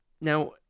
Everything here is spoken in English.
Now